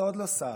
אתה עוד לא שר?